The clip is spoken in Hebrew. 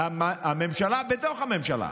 הממשלה בתוך הממשלה,